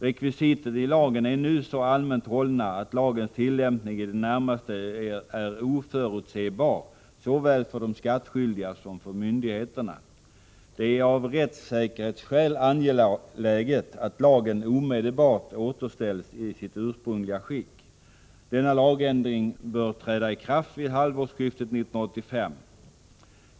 Rekvisiten i lagen är nu så allmänt hållna att lagens tillämpning i det närmaste är oförutsebar såväl för de skattskyldiga som för myndigheterna. Det är av rättssäkerhetsskäl angeläget att lagen omedelbart återställs i sitt ursprungliga skick. Denna lagändring bör träda i kraft vid halvårsskiftet 1985.